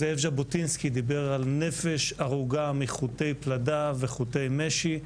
זאב ז'בוטיסקי דיבר על נפש ארוגה מחוטי פלדה וחוטי משי,